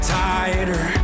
tighter